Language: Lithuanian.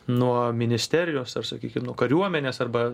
nuo ministerijos ar sakykim nu kariuomenės arba